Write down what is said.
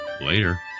later